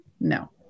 No